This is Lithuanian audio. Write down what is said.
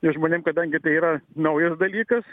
ir žmonėm kadangi tai yra naujas dalykas